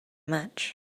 much